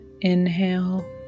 Inhale